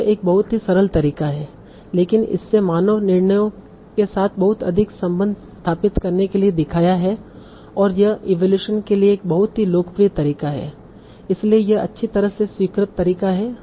तो यह एक बहुत ही सरल तरीका है लेकिन इसने मानव निर्णयों के साथ बहुत अधिक संबंध स्थापित करने के लिए दिखाया है और यह इवैल्यूएशन के लिए एक बहुत ही लोकप्रिय तरीका है इसलिए यह अच्छी तरह से स्वीकृत तरीका है